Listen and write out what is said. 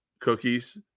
cookies